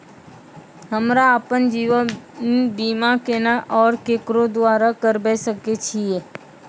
हमरा आपन जीवन बीमा केना और केकरो द्वारा करबै सकै छिये?